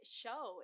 show